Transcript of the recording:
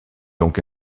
donc